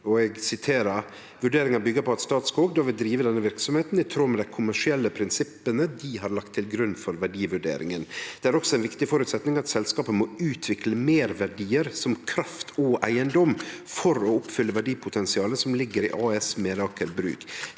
«Vurderingen bygger på at Statskog SF vil drive denne virksomheten i tråd med de kommersielle prinsipper de har lagt til grunn for verdivurderingen. Det er også en viktig forutsetning at selskapet må utvikle merverdier som kraft og eiendom for å oppfylle verdipotensialet som ligger i AS Meraker Brug.